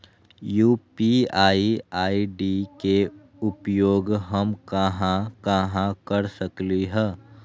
UPI ID के उपयोग हम कहां कहां कर सकली ह?